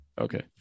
Okay